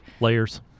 Layers